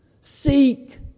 seek